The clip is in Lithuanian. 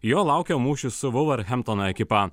jo laukia mūšis su vulverhamptono ekipa